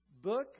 book